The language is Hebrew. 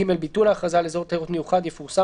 (ג)ביטול ההכרזה על אזור תיירות מיוחד יפורסם